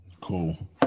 Cool